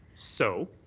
so,